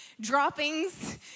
droppings